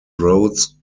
roads